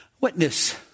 Witness